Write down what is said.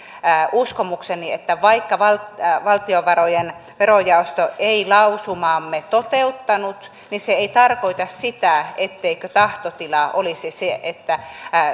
uskomukseni että vaikka valtiovarojen verojaosto ei lausumaamme toteuttanut se ei tarkoita sitä etteikö tahtotila olisi se että